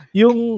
yung